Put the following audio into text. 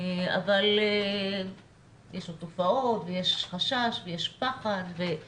אבל יש עוד תופעות ויש חשש ויש פחד, בקיצור,